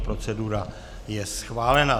Procedura je schválená.